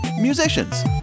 musicians